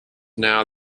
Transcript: now